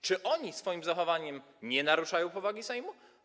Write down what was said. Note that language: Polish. Czy oni swoim zachowaniem nie naruszają powagi Sejmu?